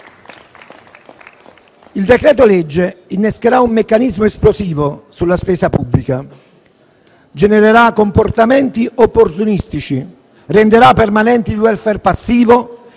Il decreto-legge innescherà un meccanismo esplosivo sulla spesa pubblica, genererà comportamenti opportunistici, renderà permanenti il *welfare* passivo,